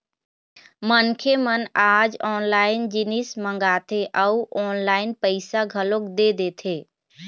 मनखे मन आज ऑनलाइन जिनिस मंगाथे अउ ऑनलाइन पइसा घलोक दे देथे